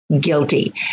guilty